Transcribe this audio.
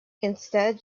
instead